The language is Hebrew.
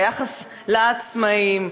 ביחס לעצמאים.